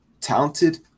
talented